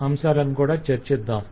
5లోని అంశాలను కూడా చర్చిద్దాం